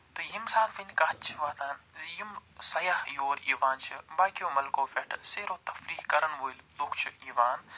تہٕ ییٚمہِ ساتہٕ وَنہِ کتھ چھِ وۄتھان زِ یِم سیاہ یور یِوان چھِ باقیو مُلکو پٮ۪ٹھٕ سیرہ تفری کَرن وٲلۍ لُکھ چھِ یِوان